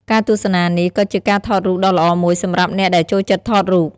ការទស្សនានេះក៏ជាការថតរូបដ៏ល្អមួយសម្រាប់អ្នកដែលចូលចិត្តថតរូប។